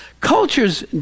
Cultures